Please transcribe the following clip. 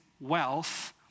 wealth